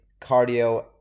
cardio